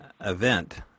event